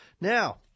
Now